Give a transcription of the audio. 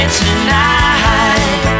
tonight